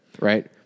right